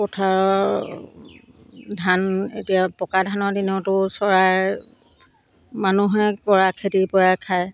পথাৰৰ ধান এতিয়া পকা ধানৰ দিনতো চৰাই মানুহে কৰা খেতিৰ পৰাই খায়